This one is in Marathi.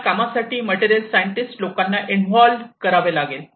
त्या कामासाठी मटेरियल सायंटिस्ट लोकांना इन्व्हॉल्व्हड करावे लागेल